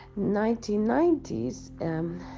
1990s